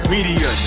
Media